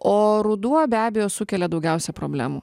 o ruduo be abejo sukelia daugiausia problemų